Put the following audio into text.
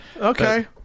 Okay